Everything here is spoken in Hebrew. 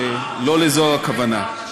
לא זו הכוונה.